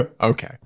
Okay